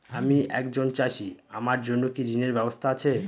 আমি একজন চাষী আমার জন্য কি ঋণের ব্যবস্থা আছে?